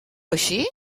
així